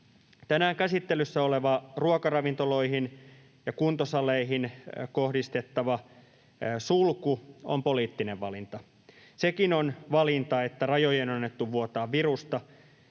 Tänään käsittelyssä oleva ruokaravintoloihin ja kuntosaleihin kohdistettava sulku on poliittinen valinta. Sekin on valinta, että rajojen on annettu vuotaa virusta.